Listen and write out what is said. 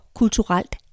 kulturelt